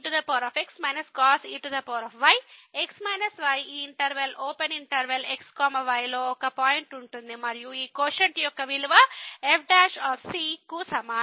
cos ex cos ey x minus y ఈ interval open interval x y లో ఒక point ఉంటుంది మరియు ఈ కోషంట్ యొక్క విలువ f కు సమానం